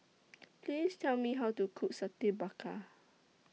Please Tell Me How to Cook Satay Babat